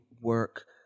work